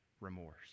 remorse